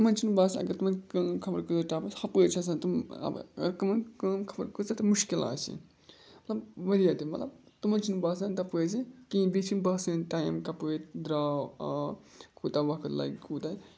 تِمَن چھُنہٕ باسان اَگَر تِمَن کٲم خبر کۭژاہ ٹاپ آسہِ ہَپٲرۍ چھِ آسان تِم کَمن کٲم خبر کۭژاہ تہِ مُشکِل آسہِ مطلب واریاہ تہِ مطلب تِمَن چھُنہٕ باسان تَپٲرۍ زِ کِہیٖنۍ بیٚیہِ چھِنہٕ باسٲنۍ ٹایم کَپٲرۍ درٛاو آو کوٗتاہ وقت لَگہِ کوٗتاہ